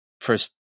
first